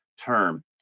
term